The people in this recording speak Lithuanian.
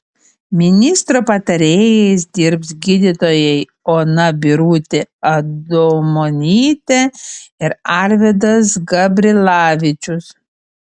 ministro patarėjais dirbs gydytojai ona birutė adomonytė ir arvydas gabrilavičius